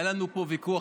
היה לנו פה ויכוח.